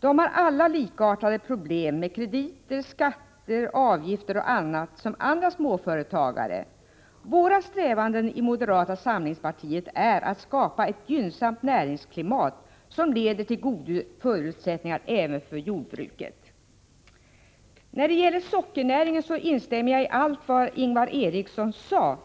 De har alla likartade problem med krediter, skatter, avgifter och annat som alla småföretagare. Våra strävanden i moderata samlingspartiet är att skapa ett gynnsamt näringsklimat, som leder till goda förutsättningar även för jordbruket. När det gäller sockernäringen instämmer jag i allt vad Ingvar Eriksson sade.